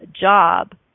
job